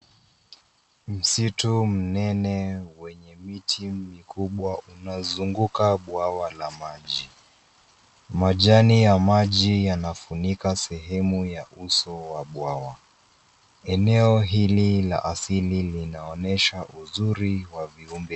Msitu mnene wenye miti mikubwa unazunguka bwawa la maji. Majani ya maji yanafunika sehemu ya uso wa bwawa. Eneo hili la asili linaonyesha uzuri wa viumbe.